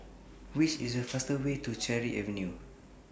Which IS The fastest Way to Cherry Avenue